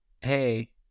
hey